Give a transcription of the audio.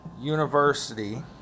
University